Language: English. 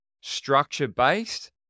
structure-based